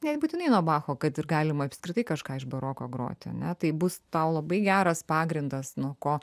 nebūtinai nuo bacho kad ir galima apskritai kažką iš baroko groti ane tai bus tau labai geras pagrindas nuo ko